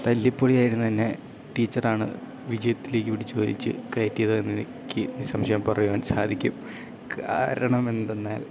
തല്ലിപ്പൊളി ആയിരുന്ന ഞാൻ ടീച്ചറാണ് വിജയത്തിലേക്ക് പിടിച്ച് വലിച്ചു കയറ്റിയത് എന്നെനിക്ക് നിസ്സംശയം പറയുവാൻ സാധിക്കും കാരണമെന്തെന്നാൽ